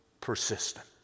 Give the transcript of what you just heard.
persistent